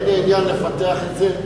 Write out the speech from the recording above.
אין לי עניין לפתח את זה.